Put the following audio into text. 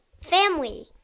family